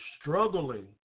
struggling